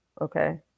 okay